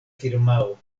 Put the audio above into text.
firmao